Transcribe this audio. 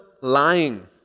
lying